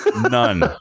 none